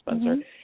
Spencer